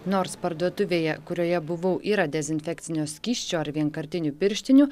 nors parduotuvėje kurioje buvau yra dezinfekcinio skysčio ar vienkartinių pirštinių